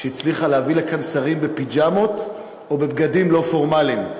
שהצליחה להביא לכאן שרים בפיג'מות או בבגדים לא פורמליים.